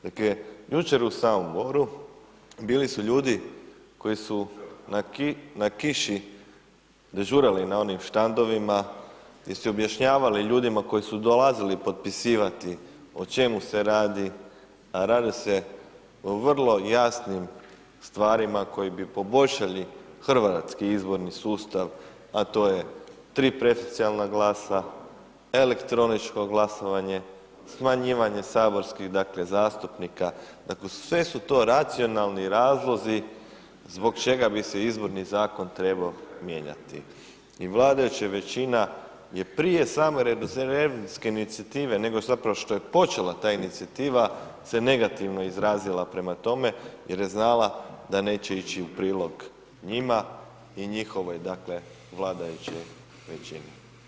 Dakle, jučer u Samoboru bili su ljudi koji na kiši dežurali na onim štandovima, gdje ste objašnjavali ljudima koji su dolazili potpisivati o čemu se radi, radi se o vrlo jasnim stvarima koji bi poboljšali hrvatski izborni sustav, a to je 3 preferencijalna glasa, elektroničko glasovanje, smanjivanje saborskih, dakle, zastupnika, dakle, sve su to racionalni razlozi zbog čega bi se izborni zakon trebao mijenjati i vladajuća većina je prije same referendumske inicijative, nego zapravo što je počela ta inicijativa, se negativno izrazila prema tome jer je znala da neće ići u prilog njima i njihovoj, dakle, vladajućoj većini.